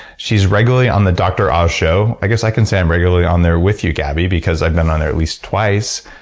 she's regularly on the dr. oz show, i guess i can say i'm regularly on there with you gabby because i've been on there at least twice.